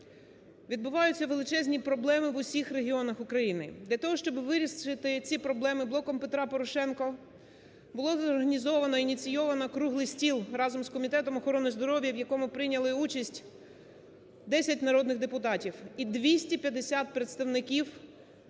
відбуваються величезні проблеми в усіх регіонах України. Для того, щоб вирішити ці проблеми, "Блоком Петра Порошенка" було зорганізовано, ініційовано круглий стіл разом з Комітетом охорони здоров'я, в якому прийняли участь 10 народних депутатів і 250 представників